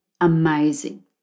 amazing